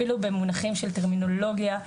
אפילו במונחים של טרמינולוגיה,